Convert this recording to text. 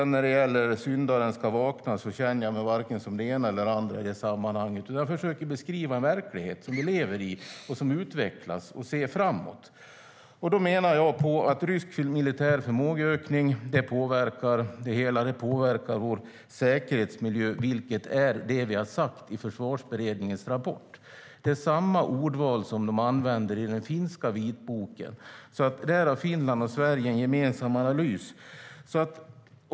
När det gäller att syndaren ska vakna känner jag mig varken som det ena eller det andra. Jag försöker att se framåt och beskriva den verklighet som vi lever i och som utvecklas. Rysk militär förmågeökning påverkar vår säkerhetsmiljö, och det har vi sagt i Försvarsberedningens rapport. Det används samma ordval i den finska vitboken. Där gör Finland och Sverige en gemensam analys.